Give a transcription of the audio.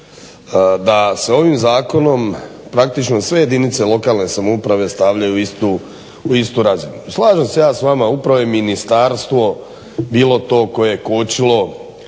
da se ovim zakonom praktično sve jedinice lokalne samouprave stavljaju u istu razinu. Slažem se ja s vama, upravo je ministarstvo bilo to koje je kočilo,